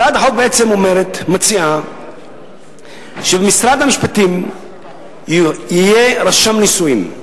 הצעת החוק בעצם מציעה שבמשרד המשפטים יהיה רשם נישואים.